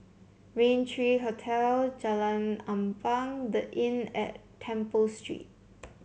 Rain three Hotel Jalan Ampang The Inn at Temple Street